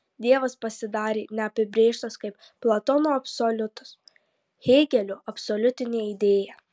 dievas pasidarė neapibrėžtas kaip platono absoliutas hėgelio absoliutinė idėja